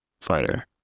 fighter